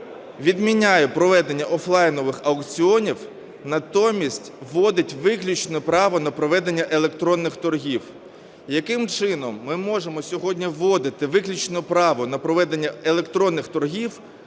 відміняє проведення офлайнових аукціонів, натомість вводить виключне право на проведення електронних торгів. Яким чином ми можемо сьогодні вводити виключне право на проведення електронних торгів